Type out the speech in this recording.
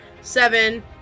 seven